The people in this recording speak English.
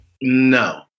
No